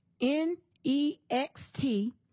n-e-x-t